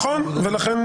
לכן,